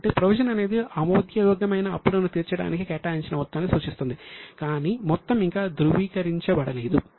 కాబట్టి ప్రొవిజన్ అనేది ఆమోదయోగ్యమైన అప్పులను తీర్చడానికి కేటాయించిన మొత్తాన్ని సూచిస్తుంది కాని మొత్తం ఇంకా ధృవీకరించబడలేదు